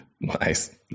Nice